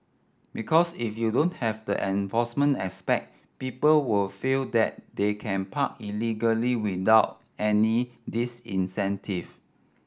because if you don't have the enforcement aspect people will feel that they can park illegally without any disincentive